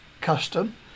custom